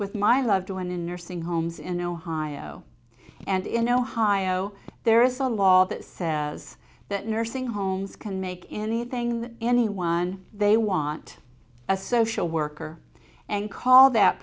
with my loved one in nursing homes in ohio and in ohio there is a law that says that nursing homes can make anything that anyone they want a social worker and call that